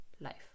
life